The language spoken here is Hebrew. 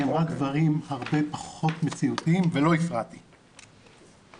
היא אמרה דברים הרבה פחות מציאותיים ולא הפרעתי .